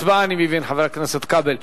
הצבעה, אני מבין, חבר הכנסת כבל.